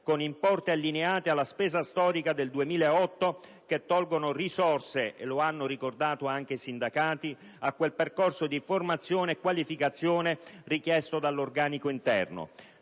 con importi allineati alla spesa storica del 2008 che tolgono risorse - e lo hanno ricordato anche i sindacati - a quel percorso di formazione e di qualificazione richiesto dall'organico interno.